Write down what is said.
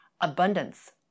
Abundance